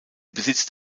besitzt